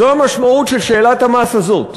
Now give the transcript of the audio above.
זאת המשמעות של שאלת המס הזאת.